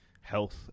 health